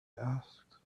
asked